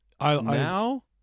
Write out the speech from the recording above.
Now